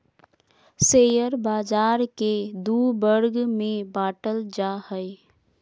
share बाज़ार के दू वर्ग में बांटल जा हइ